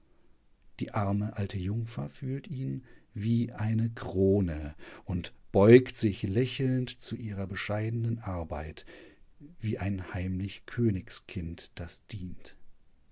die arme alte jungfer fühlt ihn wie eine krone und beugt sich lächelnd zu ihrer bescheidenen arbeit wie ein heimlich königskind das dient